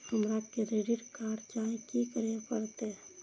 हमरा credit card चाही की करे परतै?